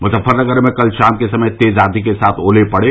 मुजफ्फरनगर में कल शाम के समय तेज आंधी के साथ ओले पड़े